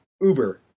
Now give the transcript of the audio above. Uber